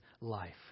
life